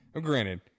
Granted